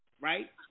right